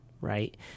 right